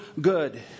good